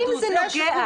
אם זה נוגע